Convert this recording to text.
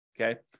Okay